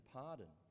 pardon